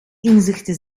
inzichten